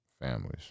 families